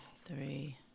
three